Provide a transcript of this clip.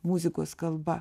muzikos kalba